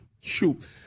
Shoot